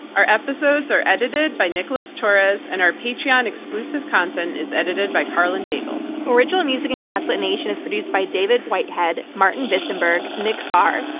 our episodes are edited by nicholas torres, and our patreon-exclusive content is edited by karlyn daigle. original music in gaslit nation is produced by david whitehead, martin wissenberg, nick farr,